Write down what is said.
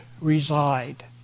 reside